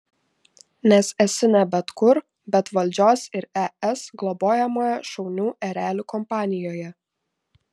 nes esi ne bet kur bet valdžios ir es globojamoje šaunių erelių kompanijoje